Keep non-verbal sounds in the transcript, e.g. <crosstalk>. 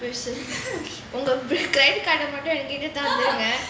person <laughs> என் கிட்டே தாங்க:en kite thaanga